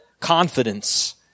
confidence